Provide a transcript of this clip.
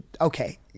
okay